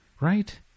Right